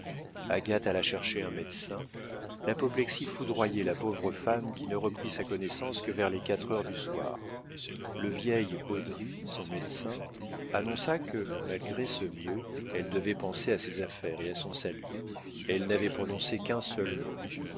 agathe alla chercher un médecin l'apoplexie foudroyait la pauvre femme qui ne reprit sa connaissance que vers les quatre heures du soir le vieil haudry son médecin annonça que malgré ce mieux elle devait penser à ses affaires et à son salut elle n'avait prononcé qu'un seul mot